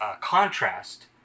contrast